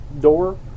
Door